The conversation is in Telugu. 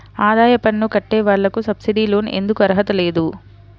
ఆదాయ పన్ను కట్టే వాళ్లకు సబ్సిడీ లోన్ ఎందుకు అర్హత లేదు?